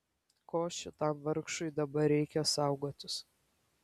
ko šitam vargšui dabar reikia saugotis